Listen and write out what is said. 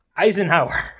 Eisenhower